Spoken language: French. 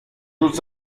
aux